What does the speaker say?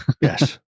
Yes